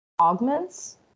augments